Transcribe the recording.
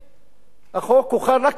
החוק חל רק לגבי חלשים,